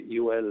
UL